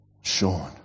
Sean